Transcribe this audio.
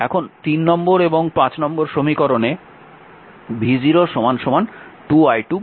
এখন নম্বর এবং নম্বর সমীকরণে v0 2 i2 বসাতে হবে